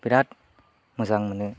बिरात मोजां मोनो